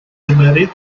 cymryd